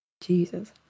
Jesus